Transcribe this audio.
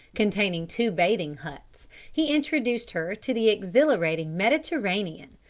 containing two bathing huts, he introduced her to the exhilarating mediterranean.